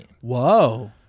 Whoa